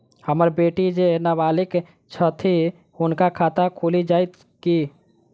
हम्मर बेटी जेँ नबालिग छथि हुनक खाता खुलि जाइत की?